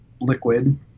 liquid